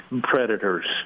predators